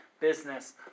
business